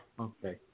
okay